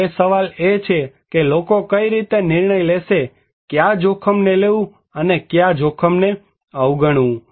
હવે સવાલ એ છે કે લોકો કઈ રીતે નિર્ણય લેશે કે કયા જોખમને લેવું અને કયા જોખમને અવગણવું